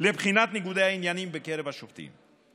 לבחינת ניגודי העניינים בקרב השופטים.